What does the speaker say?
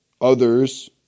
others